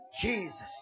Jesus